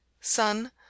SON